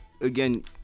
again